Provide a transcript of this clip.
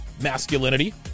Masculinity